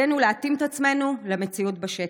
עלינו להתאים את עצמנו למציאות בשטח,